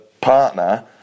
partner